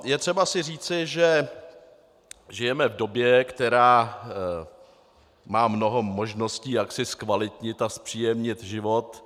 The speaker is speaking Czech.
Je třeba si říci, že žijeme v době, která má mnoho možností, jak si zkvalitnit a zpříjemnit život.